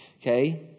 Okay